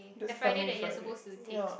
this coming Friday ya